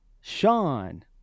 Sean